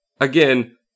Again